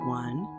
one